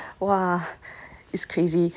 !wah! is crazy